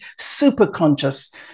superconscious